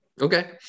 Okay